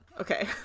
okay